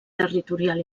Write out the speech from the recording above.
territorial